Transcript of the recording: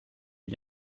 gli